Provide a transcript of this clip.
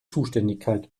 zuständigkeit